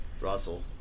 Russell